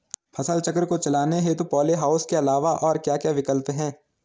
फसल चक्र को चलाने हेतु पॉली हाउस के अलावा और क्या क्या विकल्प हैं?